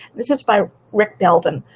this is by rick belden.